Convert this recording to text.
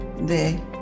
de